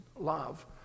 love